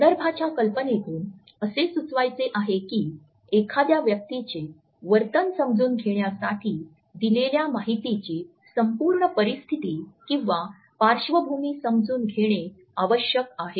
संदर्भाच्या कल्पनेतून असे सुचवायचे आहे की एखाद्या व्यक्तीचे वर्तन समजून घेण्यासाठी दिलेल्या माहितीची संपूर्ण परिस्थिती किंवा पार्श्वभूमी समजून घेणे आवश्यक आहे